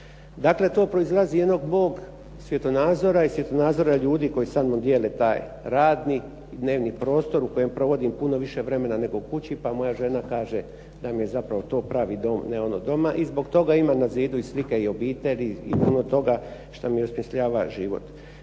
Dakle, to proizlazi iz jednog mog svjetonadzora i svjetonadzora ljudi koji samnom dijele taj radni dnevni prostor u kojem provodim puno više vremena nego kući pa moja žena kaže da mi je zapravo to pravi dom ne ono doma i zbog toga imam na zidu i slike i obitelji i puno toga što mi …/Govornik